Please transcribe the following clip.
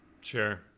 Sure